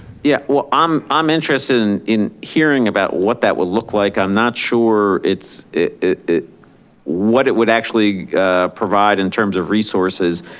yeah, well, i'm um interested in in hearing about what that would look like. i'm not sure it's, what it would actually provide in terms of resources.